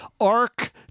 Ark